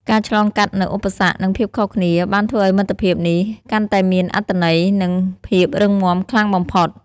ការឆ្លងកាត់នូវឧបសគ្គនិងភាពខុសគ្នាបានធ្វើឲ្យមិត្តភាពនេះកាន់តែមានអត្ថន័យនិងភាពរឹងមាំខ្លាំងបំផុត។